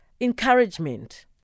encouragement